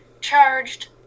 charged